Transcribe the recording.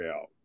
out